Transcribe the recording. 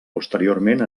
posteriorment